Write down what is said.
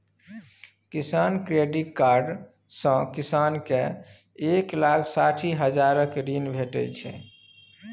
किसान credit card सँ किसान केँ एक लाख साठि हजारक ऋण भेटै छै